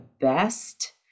best